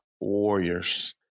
warriors